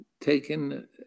taken